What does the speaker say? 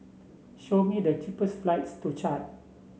show me the cheapest flights to Chad